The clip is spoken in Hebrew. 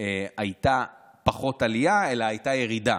הייתה פחות עלייה, אלא הייתה ירידה.